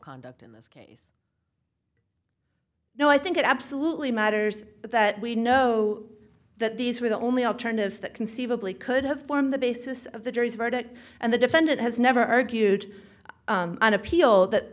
conduct in this case no i think it absolutely matters that we know that these were the only alternatives that conceivably could have formed the basis of the jury's verdict and the defendant has never argued on appeal that